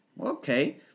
Okay